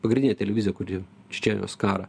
pagrindinė televizija kuri čečėnijos karą